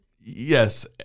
Yes